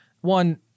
One